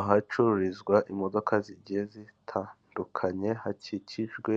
Ahacururizwa imodoka zigiye zitandukanye, hakikijwe